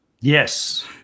Yes